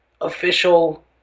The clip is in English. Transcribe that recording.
official